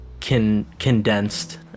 condensed